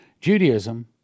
Judaism